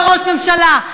וראש ממשלה.